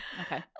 Okay